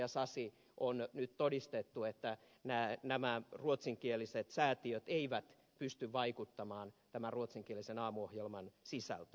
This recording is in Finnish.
sasi on nyt todistettu että nämä ruotsinkieliset säätiöt eivät pysty vaikuttamaan tämän ruotsinkielisen aamuohjelman sisältöön